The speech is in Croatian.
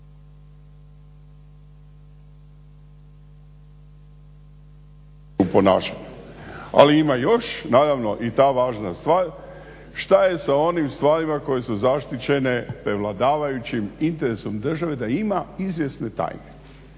ali ima još naravno i ta važna stvar šta je sa onim stvarima koje su zaštićene prevladavajućim interesom države da ima izvjesne tajne.